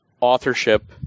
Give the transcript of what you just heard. authorship